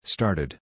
Started